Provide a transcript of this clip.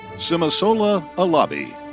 simisola alabi.